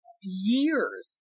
years